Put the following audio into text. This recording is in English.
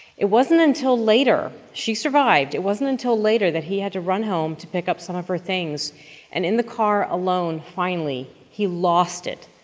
it wasn't until later she survived it wasn't until later that he had to run home to pick up some of her things and in the car alone, finally, he lost it,